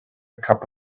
cup